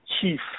chief